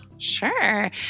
Sure